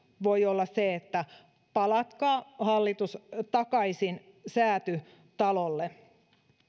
voi olla se että palatkaa hallitus takaisin säätytalolle